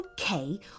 Okay